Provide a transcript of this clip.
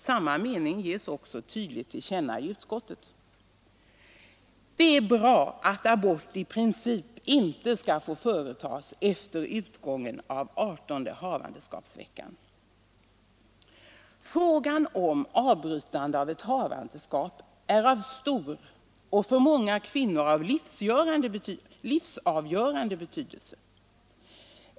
Samma mening ges också tydligt till känna i utskottet. Det är bra att abort i princip inte skall få företas efter utgången av adertonde havandeskapsveckan. Frågan om avbrytande av ett havandeskap är av stor och för många kvinnor av livsavgörande betydelse.